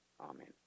Amen